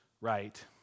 right